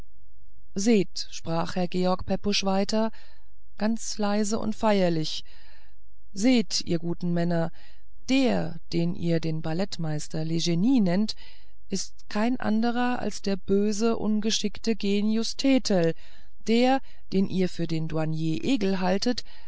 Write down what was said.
seht sprach herr george pepusch weiter ganz leise und feierlich seht ihr guten männer der den ihr den ballettmeister legnie nennt ist kein anderer als der böse ungeschickte genius thetel der den ihr für den douanier egel haltet